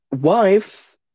wife